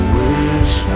wish